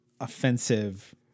offensive